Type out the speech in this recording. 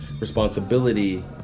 responsibility